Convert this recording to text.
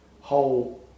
whole